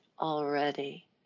already